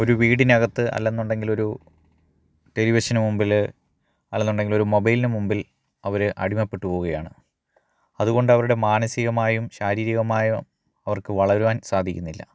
ഒരു വീടിനകത്ത് അല്ലാ എന്നുണ്ടെങ്കിലൊരു ടെലിവിഷന് മുൻപില് അല്ലാ എന്നുണ്ടെങ്കിലൊരു മൊബൈലിനു മുൻപിൽ അവര് അടിമപ്പെട്ട് പോവുകയാണ് അതുകൊണ്ടവരുടെ മാനസികമായും ശാരീരികമായും അവർക്ക് വളരുവാൻ സാധിക്കുന്നില്ല